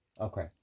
Okay